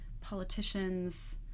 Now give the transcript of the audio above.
politicians